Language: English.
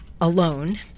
alone